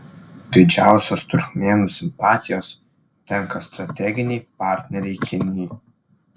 didžiausios turkmėnų simpatijos tenka strateginei partnerei kinijai